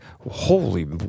holy